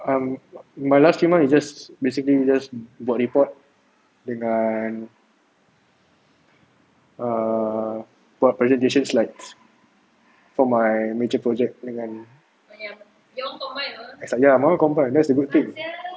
um my last few months is just basically just buat report dengan err buat presentation slides for my major project dengan ya my [one] combine that's a good thing